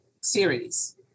series